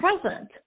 present